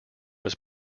was